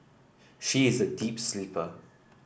she is a deep sleeper